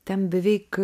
ten beveik